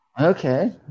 Okay